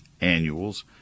annuals